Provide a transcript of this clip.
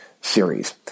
series